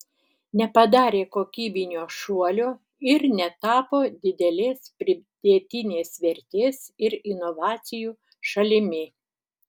nepadarė kokybinio šuolio ir netapo didelės pridėtinės vertės ir inovacijų šalimi